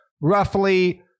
roughly